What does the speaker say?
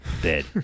Dead